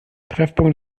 treffpunkt